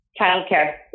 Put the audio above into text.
Childcare